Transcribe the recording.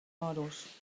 moros